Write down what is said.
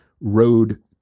road